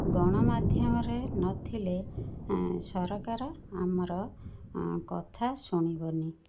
ଗଣମାଧ୍ୟମରେ ନଥିଲେ ସରକାର ଆମର କଥା ଶୁଣିବନି